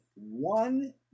one